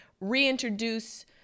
reintroduce